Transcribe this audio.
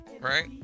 right